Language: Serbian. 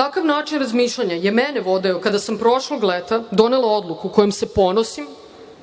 Takav način razmišljanja je mene vodio kada sam prošlog leta donela odluku, kojom se ponosim,